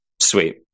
Sweet